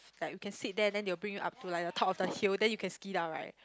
like you can sit there then they will bring you up to like a top of the hill then you can ski down right